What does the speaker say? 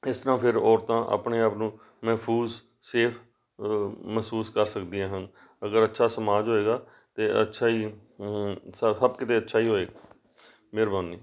ਇਸ ਤਰ੍ਹਾਂ ਫਿਰ ਔਰਤਾਂ ਆਪਣੇ ਆਪ ਨੂੰ ਮਹਿਫੂਜ ਸੇਫ ਮਹਿਸੂਸ ਕਰ ਸਕਦੀਆਂ ਹਨ ਅਗਰ ਅੱਛਾ ਸਮਾਜ ਹੋਵੇਗਾ ਤਾਂ ਅੱਛਾ ਹੀ ਸ ਸਭ ਕਿਤੇ ਅੱਛਾ ਹੀ ਹੋਵੇ ਮਿਹਰਬਾਨੀ